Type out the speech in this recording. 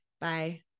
Bye